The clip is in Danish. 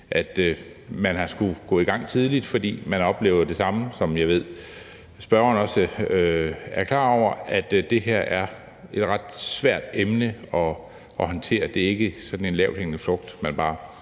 at man skulle gå i gang tidligt, fordi man oplever det samme, som jeg ved at spørgeren også er klar over, nemlig at det her er et ret svært emne at håndtere. Det er ikke sådan en lavthængende frugt, man bare